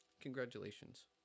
congratulations